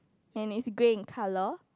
and is grey in colour